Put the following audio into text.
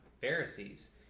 Pharisees